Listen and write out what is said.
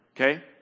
okay